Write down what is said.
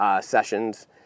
sessions